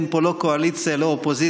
אין פה לא קואליציה ולא אופוזיציה.